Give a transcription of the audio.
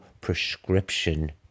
prescription